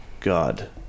God